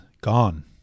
gone